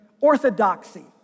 orthodoxy